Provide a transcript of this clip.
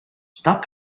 stop